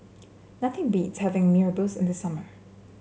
nothing beats having Mee Rebus in the summer